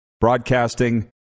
broadcasting